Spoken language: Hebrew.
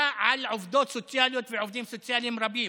על עובדות סוציאליות ועובדים סוציאליים רבים.